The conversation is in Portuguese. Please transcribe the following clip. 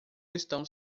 estão